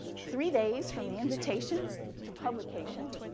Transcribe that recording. three days from the invitation to publication,